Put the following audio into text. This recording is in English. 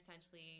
essentially